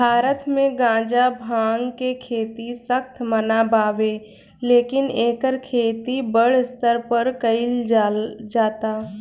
भारत मे गांजा, भांग के खेती सख्त मना बावे लेकिन एकर खेती बड़ स्तर पर कइल जाता